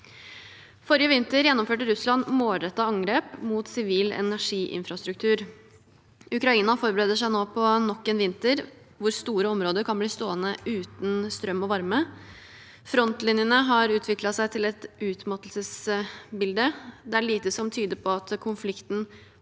Forrige vinter gjennomførte Russland målrettede angrep mot sivil energiinfrastruktur. Ukraina forbereder seg nå på nok en vinter der store områder kan bli stående uten strøm og varme. Frontlinjene har utviklet seg til et utmattelsesbilde, og det er lite som tyder på at konflikten